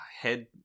Head